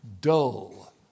dull